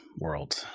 world